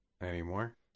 anymore